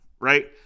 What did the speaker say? Right